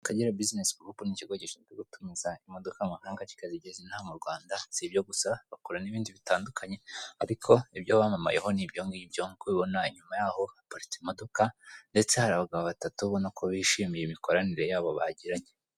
Akagera bizinesi gurupe ni ikigo gishinzwe gutumiza imodoka mu mahanga kikazigeza ino aha mu Rwanda. Si ibyo gusa bakora n'ibindi bitandukanye, ariko ibyo bamamayeho ni ibyo ngibyo. Nk'uko ubibona nyuma yaho haparitse imodoka ndetse hari abagabo batatu urababona ko bishimiye imikoranire yabo bagiranye.